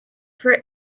for